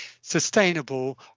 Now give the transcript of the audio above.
sustainable